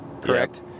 correct